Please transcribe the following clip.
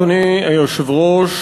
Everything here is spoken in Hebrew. אדוני היושב-ראש,